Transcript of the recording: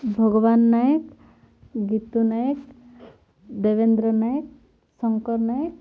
ଭଗବାନ ନାୟକ ଗୀତୁ ନାୟକ ଦେବେନ୍ଦ୍ର ନାୟକ ଶଙ୍କର ନାୟକ